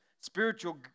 spiritual